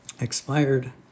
expired